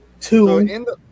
two